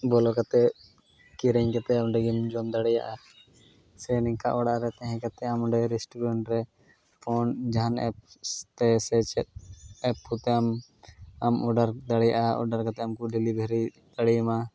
ᱵᱚᱞᱚ ᱠᱟᱛᱮᱫ ᱠᱤᱨᱤᱧ ᱠᱟᱛᱮᱫ ᱚᱸᱰᱮᱜᱮᱢ ᱡᱚᱢ ᱰᱟᱮᱭᱟᱜᱼᱟ ᱥᱮ ᱱᱮᱝᱠᱟ ᱚᱲᱟᱜᱨᱮ ᱛᱮᱦᱮᱸᱠᱟᱛᱮᱫ ᱟᱢ ᱨᱮᱥᱴᱩᱨᱮᱱᱴ ᱨᱮ ᱡᱟᱦᱟᱱ ᱮᱯᱥ ᱛᱮ ᱥᱮ ᱪᱮᱫ ᱮᱯ ᱠᱚᱛᱮᱢ ᱟᱢ ᱚᱰᱟᱨ ᱫᱟᱲᱮᱭᱟᱜᱼᱟ ᱚᱰᱟᱨ ᱠᱟᱛᱮᱫᱮᱢ ᱠᱚ ᱰᱮᱞᱤᱵᱷᱟᱹᱨᱤ ᱫᱟᱲᱮᱭᱟᱢᱟ